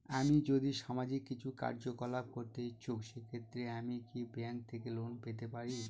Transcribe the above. আমি যদি সামাজিক কিছু কার্যকলাপ করতে ইচ্ছুক সেক্ষেত্রে আমি কি ব্যাংক থেকে লোন পেতে পারি?